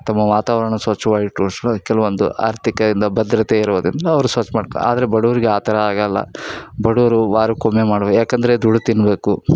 ತಮ್ಮ ವಾತಾವರಣ ಸ್ವಚ್ವಾಗಿ ಇಟ್ಕೊಳೋಸ್ಕರ ಕೆಲವೊಂದು ಆರ್ಥಿಕ ಇಂದ ಭದ್ರತೆ ಇರುವುದರಿಂದ ಅವರು ಸ್ವಚ್ಛ ಮಾಡ್ತಾರೆ ಆದರೆ ಬಡವ್ರಿಗೆ ಆ ಥರ ಆಗೋಲ್ಲ ಬಡವ್ರು ವಾರಕ್ಕೊಮ್ಮೆ ಮಾಡ್ಬೆ ಏಕಂದ್ರೆ ದುಡ್ದು ತಿನ್ನಬೇಕು